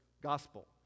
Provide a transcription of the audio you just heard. gospel